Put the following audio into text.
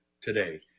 today